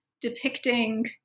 depicting